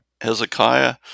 hezekiah